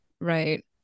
right